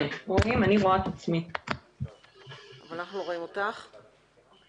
אני מבקשת שתתייחסי לסוגיה של התכנון.